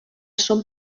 són